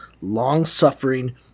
long-suffering